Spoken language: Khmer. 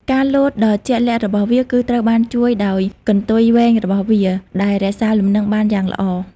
ការលោតដ៏ជាក់លាក់របស់វា គឺត្រូវបានជួយដោយកន្ទុយវែងរបស់វា ដែលរក្សាលំនឹងបានយ៉ាងល្អ។